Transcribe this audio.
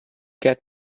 get